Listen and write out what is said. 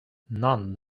none